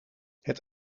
het